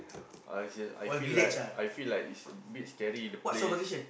I serious I feel like I feel like is a bit scary the place